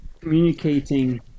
communicating